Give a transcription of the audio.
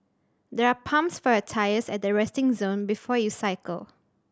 there are pumps for your tyres at the resting zone before you cycle